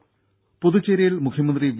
രംഭ പുതുച്ചേരിയിൽ മുഖ്യമന്ത്രി വി